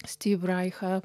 styv raichą